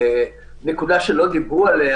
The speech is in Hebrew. נקודה שלא דיברו עליה,